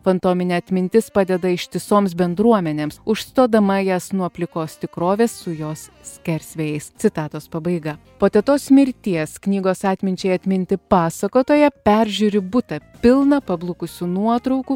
fantominė atmintis padeda ištisoms bendruomenėms užstodama jas nuo plikos tikrovės su jos skersvėjais citatos pabaiga po tetos mirties knygos atminčiai atminti pasakotoja peržiūri butą pilną pablukusių nuotraukų